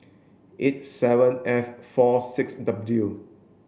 eight seven F four six W